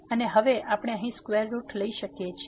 અને હવે આપણે અહીં સ્ક્વેર રૂટ લઈ શકીએ છીએ